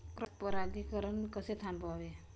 Cross परागीकरण कसे थांबवावे?